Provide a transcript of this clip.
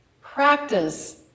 practice